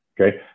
Okay